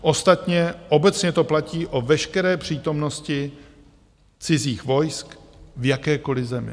Ostatně obecně to platí o veškeré přítomnosti cizích vojsk v jakékoliv zemi.